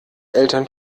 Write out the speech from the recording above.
eltern